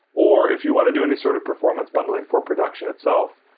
or if you want to do any sort of performance bundling for production itself,